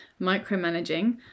micromanaging